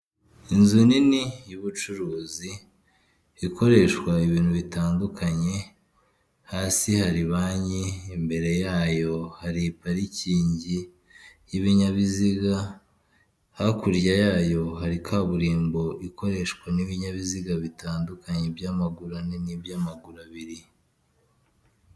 Inzu nini y'ubucuruzi ikoreshwa ibintu bitandukanye. Hasi hari banki, imbere yayo hari parikingi y'ibinyabiziga, hakurya yayo hari kaburimbo ikoreshwa n'ibinyabiziga bitandukanye by'amaguru n'iby'amaguru abiri.